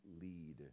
lead